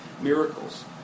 miracles